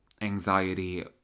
anxiety